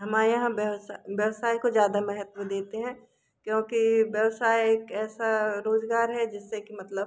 हमारे यहाँ व्यवसाय को ज़्यादा महत्व देते हैं क्योंकि व्यवसाय एक ऐसा रोजगार है जिससे कि मतलब